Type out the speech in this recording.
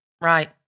Right